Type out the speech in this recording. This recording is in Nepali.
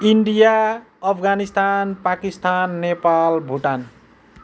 इन्डिया अफगानिस्तान पाकिस्तान नेपाल भुटान